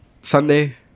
sunday